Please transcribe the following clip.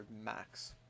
max